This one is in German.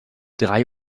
drei